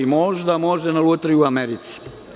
Možda može u lutriji u Americi.